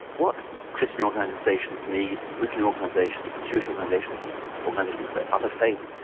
what christian organisations need and muslim organisations, and jewish organisations and organisations of other faiths,